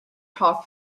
talk